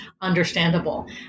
understandable